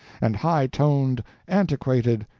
and high-toned, antiquated,